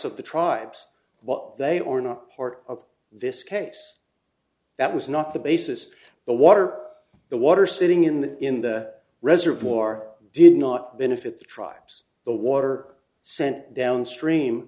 of the tribes what they are not part of this case that was not the basis but water the water sitting in the in the reservoir did not benefit the tribes the water sent downstream